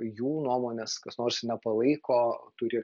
jų nuomonės kas nors nepalaiko turi